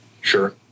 Sure